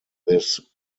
this